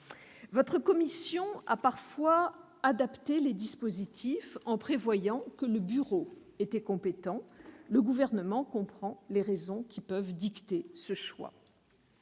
Votre commission a parfois adapté les dispositifs en prévoyant la compétence du bureau du Sénat ; le Gouvernement comprend les raisons qui peuvent dicter ce choix.